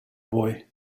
boy